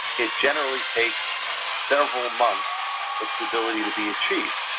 it generally takes several months for stability to be achieved,